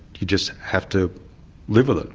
you just have to live with it.